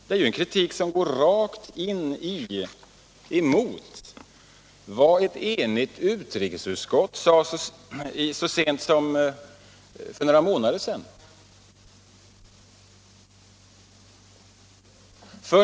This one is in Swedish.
Det är ju en kritik som går rakt emot vad ett enigt utrikesutskott sade så sent som för några månader sedan.